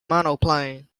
monoplane